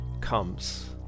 comes